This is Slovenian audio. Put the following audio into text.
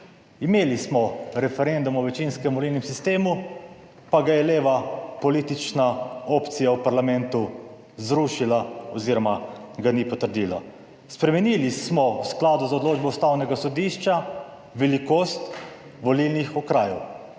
Imeli smo referendum o večinskem volilnem sistemu, pa ga je leva politična opcija v parlamentu zrušila oziroma ga ni potrdila. Spremenili smo v skladu z odločbo Ustavnega sodišča, velikost volilnih okrajev